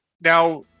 Now